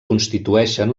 constitueixen